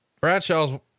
Bradshaw's